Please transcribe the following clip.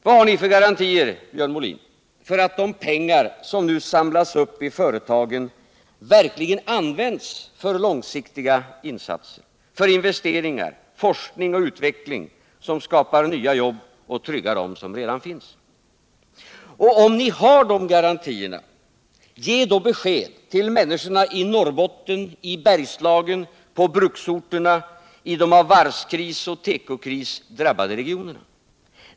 Vad har ni för garantier, Björn Molin, för att de pengar som nu samlas upp i företagen verkligen används för långsiktiga insatser, för investeringar, forskning och utveckling, som skapar nya jobb och tryggar dem som redan finns? Och om ni har de garantierna, ge då besked till människorna i Norrbotten, i Bergslagen, på bruksorterna, i de av varvskris och tekokris drabbade regionerna.